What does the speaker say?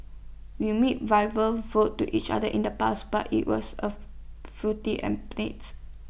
we made verbal vows to each other in the past but IT was A futile